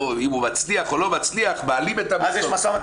אם הוא מצליח או לא מצליח --- אז יש משא ומתן